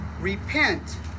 Repent